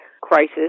crisis